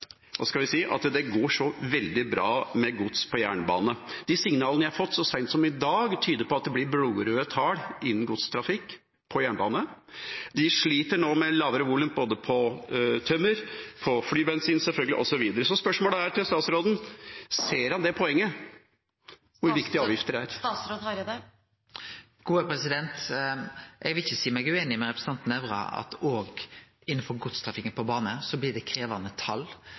at det går så veldig bra med gods på jernbane. De signalene jeg har fått så sent som i dag, tyder på at det blir blodrøde tall innen godstrafikk på jernbane. De sliter nå med lavere volum både på tømmer, på flybensin, selvfølgelig, osv. Så spørsmålet til statsråden er: Ser han det poenget og hvor viktig avgifter er? Eg vil ikkje seie meg ueinig med representanten Nævra i at òg innanfor godstrafikken på bane blir det